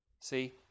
See